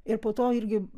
ir po to irgi